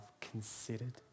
considered